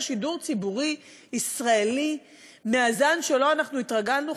שידור ציבורי ישראלי מהזן שלו התרגלנו.